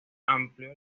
amplió